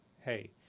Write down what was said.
hey